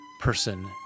person